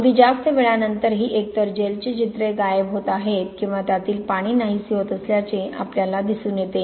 अगदी ज्यास्त वेळानंतरही एकतर जेलची छिद्रे गायब होत आहेत किंवा त्यातील पाणी नाहीसे होत असल्याचे आपल्याला दिसून येते